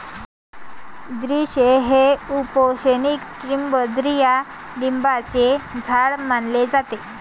द्राक्षे हे उपोष्णकटिबंधीय लिंबाचे झाड मानले जाते